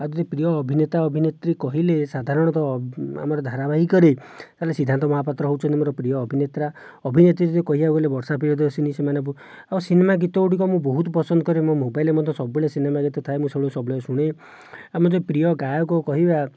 ଆଉ ଯଦି ପ୍ରିୟ ଅଭିନେତା ଅଭିନେତ୍ରୀ କହିଲେ ସାଧାରଣତଃ ଆମର ଧାରାବାହିକରେ ତା'ହେଲେ ସିଦ୍ଧାନ୍ତ ମହାପାତ୍ର ହେଉଛନ୍ତି ମୋର ପ୍ରିୟ ଅଭିନେତା ଅଭିନେତ୍ରୀ ଯଦି କହିବାକୁ ଗଲେ ବର୍ଷା ପ୍ରିୟଦର୍ଶିନୀ ସେମାନେ ଆଉ ସିନେମା ଗୀତଗୁଡ଼ିକ ମୁଁ ବହୁତ ପସନ୍ଦ କରେ ମୋ' ମୋବାଇଲରେ ମଧ୍ୟ ସବୁବେଳେ ସିନେମା ଗୀତ ଥାଏ ମୁଁ ସେଗୁଡ଼ାକ ସବୁବେଳେ ଶୁଣେ ଆମେ ଯଦି ପ୍ରିୟ ଗାୟକ କହିବା